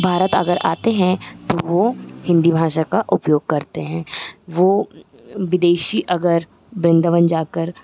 भारत अगर आते हैं तो वे हिन्दी भाषा का उपयोग करते हैं वे विदेशी अगर वृंदवन जाकर